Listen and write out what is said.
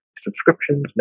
Subscriptions